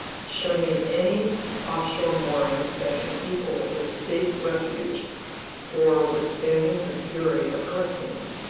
show me any offshore mooring that can equal this safe refuge for withstanding the fury of hurricanes.